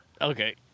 Okay